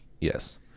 Yes